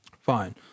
Fine